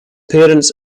parents